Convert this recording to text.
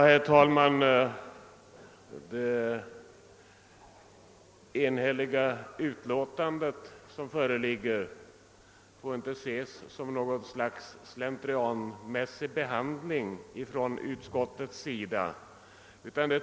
Herr talman! Det enhälliga utlåtande som föreligger får inte ses som resultatet av något slags slentrianmässig behandling från utskottets sida.